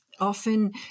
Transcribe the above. Often